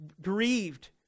grieved